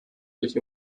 durch